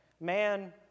man